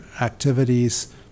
activities